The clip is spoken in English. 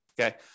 Okay